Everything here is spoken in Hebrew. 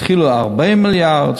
התחילו ב-40 מיליארד,